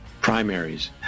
primaries